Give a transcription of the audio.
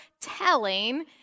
telling